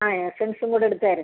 ആ എസ്സെൻസും കൂടെ എടുത്തേര്